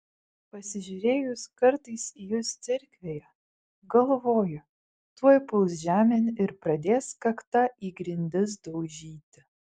pasižiūrėjus kartais į jus cerkvėje galvoju tuoj puls žemėn ir pradės kakta į grindis daužyti